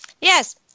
Yes